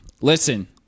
listen